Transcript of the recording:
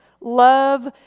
love